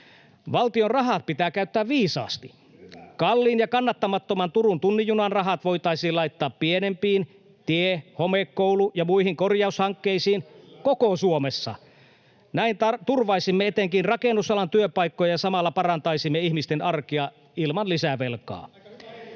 Valtion rahat pitää käyttää viisaasti. [Ben Zyskowicz: Hyvä!] Kalliin ja kannattamattoman Turun tunnin junan rahat voitaisiin laittaa pienempiin tie-, homekoulu- ja muihin korjaushankkeisiin koko Suomessa. Näin turvaisimme etenkin rakennusalan työpaikkoja ja samalla parantaisimme ihmisten arkea ilman lisävelkaa.